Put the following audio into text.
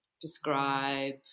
prescribe